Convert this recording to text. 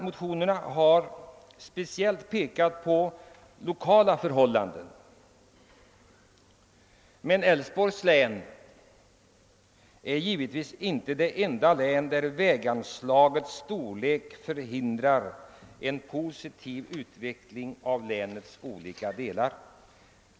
Motionärerna pekar speciellt på de lokala förhållandena, men Älvsborgs län är givetvis inte det enda län där det ringa väganslaget förhindrar en positiv utveckling i länets olika delar.